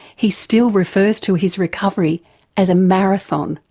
he still refers to his recovery as a marathon,